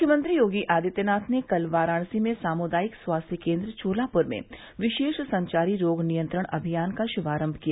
मुख्यमंत्री योगी आदित्यनाथ ने कल वाराणसी में सामुदायिक स्वास्थ्य केन्द्र चोलापूर में विशेष संचारी रोग नियंत्रण अभियान का शुभारम्भ किया